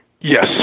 Yes